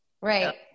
right